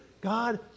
God